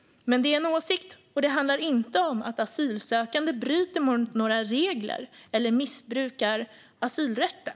Men det är en åsikt, och det handlar inte om att asylsökande bryter mot några regler eller missbrukar asylrätten.